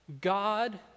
God